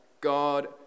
God